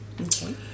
Okay